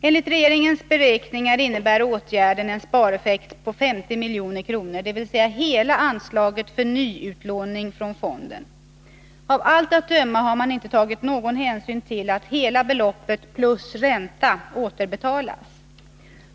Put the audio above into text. Enligt regeringens beräkningar innebär åtgärden en spareffekt på 50 milj.kr., d. v. s. hela anslaget till nyutlåning från fonden. Av allt att döma har man inte tagit någon hänsyn till att hela beloppet plus ränta återbetalas.